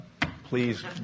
Please